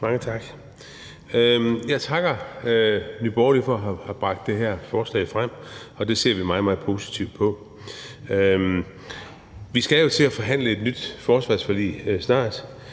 Mange tak. Jeg takker Nye Borgerlige for at have bragt det her forslag frem, og det ser vi meget, meget positivt på. Vi skal jo snart til at forhandle et nyt forsvarsforlig, og et